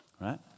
right